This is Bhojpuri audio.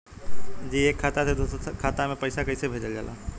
जी एक खाता से दूसर खाता में पैसा कइसे भेजल जाला?